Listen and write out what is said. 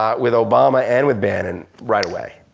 um with obama and with bannon right away.